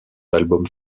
albums